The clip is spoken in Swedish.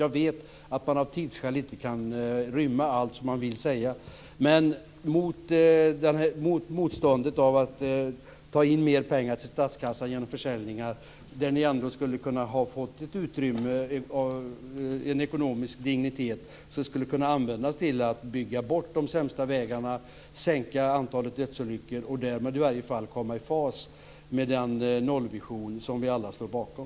Jag vet att tidsskäl gör att inte allt kan inrymmas som man vill säga men när det gäller motståndet mot att ta in mer pengar till statskassan genom försäljningar skulle ni ändå ha kunnat få ett utrymme av dignitet ekonomiskt, att användas till att bygga bort de sämsta vägarna, sänka antalet dödsolyckor och därmed i varje fall komma i fas med den nollvision som vi alla står bakom.